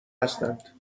هستند